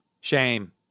Shame